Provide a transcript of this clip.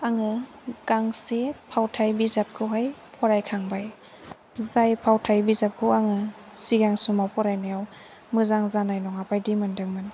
आङो गांसे फावथाइ बिजाबखौहाय फरायखांबाय जाय फावथाइ बिजाबखौ आङो सिगां समाव फरायनायाव मोजां जानाय नङा बायदि मोनदोंमोन